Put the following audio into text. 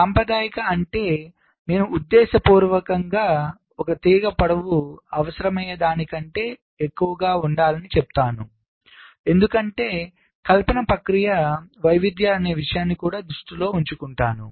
సాంప్రదాయిక అంటే నేను ఉద్దేశపూర్వకంగా ఒక తీగ పొడవు అవసరమయ్యే దానికంటే ఎక్కువగా ఉండాలని చెప్తున్నాను ఎందుకంటే కల్పన ప్రక్రియ వైవిధ్యాల అనే విషయాన్ని కూడా దృష్టిలో ఉంచుకుంటాను